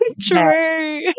true